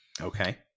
Okay